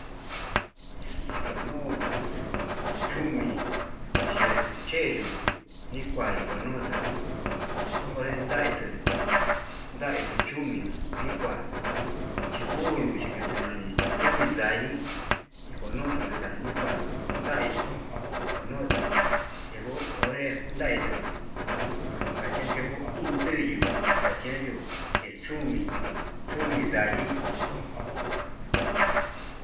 Njunu chumi yeti cheyuu nikuan ndikonutu onren ndaitu ndaitu chumi, nikua nibulu chiketu ñani tumi yandii ndikonutu ndani kua, ndai ikonutu yengo onre ndai té kache yengo iin tuyuu, dachian yuu chí ndechunmi ján chumi ndaguii.